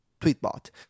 TweetBot